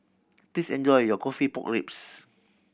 please enjoy your coffee pork ribs